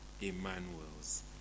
Emmanuel's